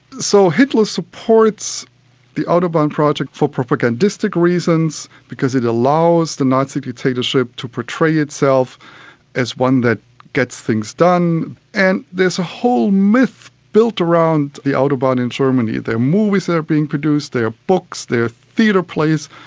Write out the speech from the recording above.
so hitler supports the autobahn project for propagandistic reasons because it allows the nazi dictatorship to portray itself as one that gets things done and there's a whole myth built around the autobahn in germany, their moves are being produced, their books, their theatre plays,